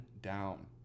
down